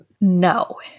No